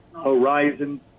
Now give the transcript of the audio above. Horizon